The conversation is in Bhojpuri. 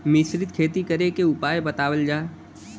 मिश्रित खेती करे क उपाय बतावल जा?